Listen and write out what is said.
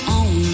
on